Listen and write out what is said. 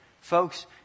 Folks